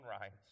rights